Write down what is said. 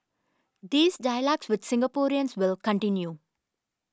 these dialogues with Singaporeans will continue